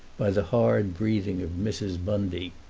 by the hard breathing of mrs. bundy.